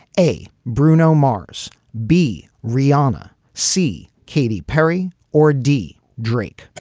a bruno mars b rihanna see katy perry or d. drake